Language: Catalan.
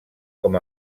com